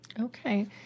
Okay